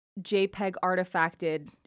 JPEG-artifacted